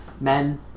men